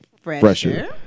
Fresher